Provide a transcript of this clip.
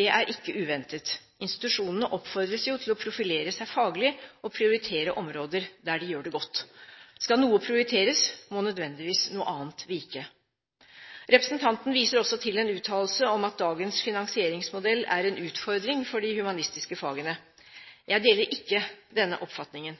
Det er ikke uventet. Institusjonene oppfordres jo til å profilere seg faglig og prioritere områder der de gjør det godt. Skal noe prioriteres, må nødvendigvis noe annet vike. Representanten Trine Skei Grande viser også til en uttalelse om at dagens finansieringsmodell er en utfordring for de humanistiske fagene. Jeg deler ikke denne oppfatningen.